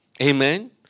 Amen